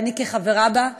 ואני כחברה בה,